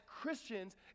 Christians